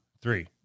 three